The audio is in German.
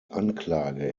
anklage